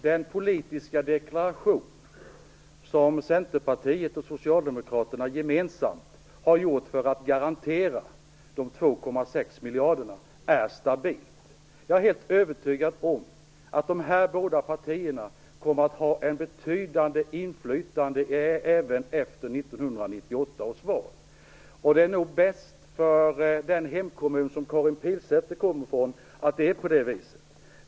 Herr talman! Den politiska deklaration som Centerpartiet och Socialdemokraterna gemensamt har gjort för att garantera de 2,6 miljarderna är stabil. Jag är helt övertygad om att de här båda partierna kommer att ha ett betydande inflytande även efter 1998 års val. Och det är nog bäst för Karin Pilsäters hemkommun att det är på det sättet.